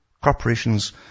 Corporations